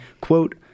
quote